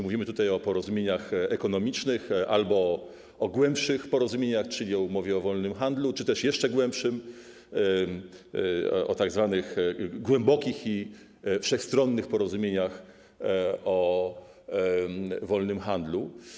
Mówimy tutaj o porozumieniach ekonomicznych albo o głębszych porozumieniach, czyli o umowie o wolnym handlu, czy też jeszcze głębszych, o tzw. głębokich i wszechstronnych porozumieniach o wolnym handlu.